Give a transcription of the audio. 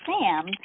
Sam